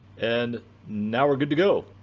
and now we're good to go.